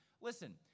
Listen